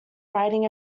writing